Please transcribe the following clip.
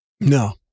No